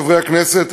חברי הכנסת,